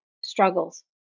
struggles